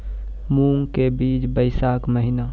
मूंग के बीज बैशाख महीना